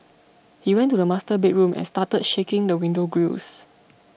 he went to the master bedroom and started shaking the window grilles